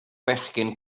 bechgyn